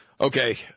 Okay